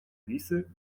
lisy